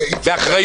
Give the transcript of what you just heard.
באחריות.